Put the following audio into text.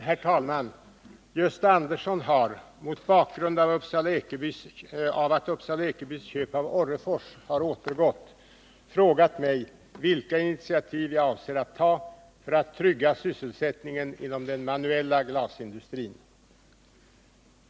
Herr talman! Gösta Andersson har, mot bakgrund av att Upsala-Ekebys köp av Orrefors återgått, frågat mig vilka initiativ jag avser att ta för att trygga sysselsättningen inom den manuella glasindustrin.